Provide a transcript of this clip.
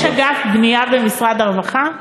יש אגף בנייה במשרד הרווחה?